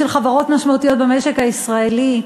של חברות משמעותיות במשק הישראלי.